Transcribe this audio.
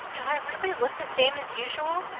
do i really look the same as usual?